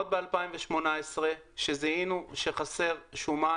עוד ב-2018 כשזיהינו שחסר שומן,